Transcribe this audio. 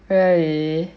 really